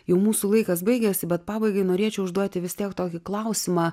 jau mūsų laikas baigėsi bet pabaigai norėčiau užduoti vis tiek tokį klausimą